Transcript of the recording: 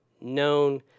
known